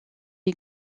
est